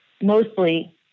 mostly